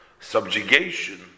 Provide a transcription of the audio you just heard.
Subjugation